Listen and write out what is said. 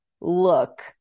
look